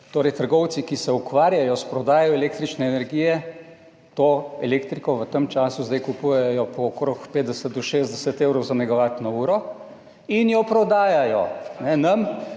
Torej, trgovci, ki se ukvarjajo s prodajo električne energije, to elektriko v tem času zdaj kupujejo po okrog 50 do 60 evrov za megavatno uro in jo prodajajo nam